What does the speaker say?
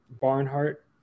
Barnhart